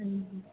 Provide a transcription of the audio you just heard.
ਹਾਂਜੀ